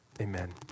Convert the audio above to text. Amen